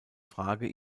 frage